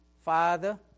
Father